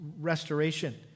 restoration